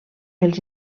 els